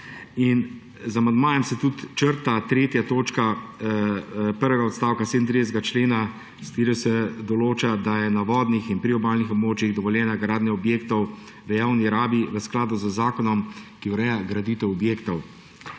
Z amandmajem se tudi črta tretja točka prvega odstavka 37. člena, s katero se določa, da je na vodnih in priobalnih območjih dovoljena gradnja objektov v javni rabi, v skladu z zakonom, ki ureja graditev objektov.